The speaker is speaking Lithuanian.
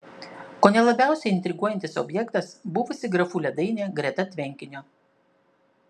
kone labiausiai intriguojantis objektas buvusi grafų ledainė greta tvenkinio